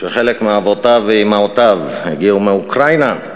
שחלק מאבותיו ואימהותיו הגיעו מאוקראינה,